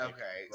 Okay